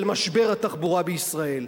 של משבר התחבורה בישראל.